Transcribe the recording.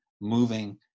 moving